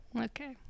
okay